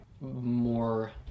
more